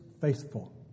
faithful